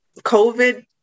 COVID